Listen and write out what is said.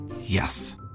Yes